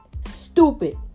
Stupid